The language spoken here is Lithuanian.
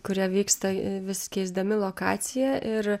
kurie vyksta vis keisdami lokacija ir